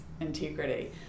integrity